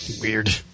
Weird